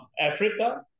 Africa